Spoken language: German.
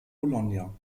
bologna